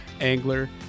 angler